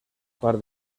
par